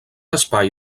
espai